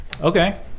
Okay